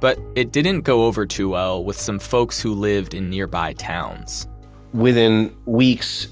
but it didn't go over too well with some folks who lived in nearby towns within weeks